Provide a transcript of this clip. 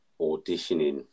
auditioning